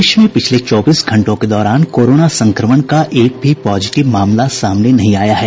प्रदेश में पिछले चौबीस घंटों के दौरान कोरोना संक्रमण का एक भी पॉजिटिव मामला सामने नहीं आया है